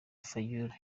fayulu